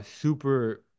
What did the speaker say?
Super